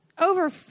over